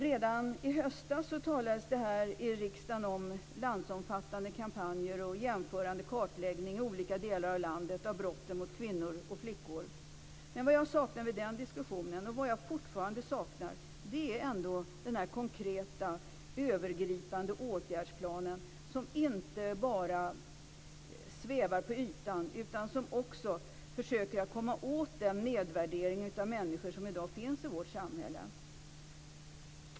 Redan i höstas talades det här i riksdagen om landsomfattande kampanjer och om jämförande kartläggning i olika delar av landet av brotten mot kvinnor och flickor. Men vad jag saknade då, och fortfarande saknar, är den konkreta övergripande åtgärdsplanen, som inte bara svävar på ytan. Den skall också försöka komma åt den nedvärdering av människor som i dag finns i vårt samhälle.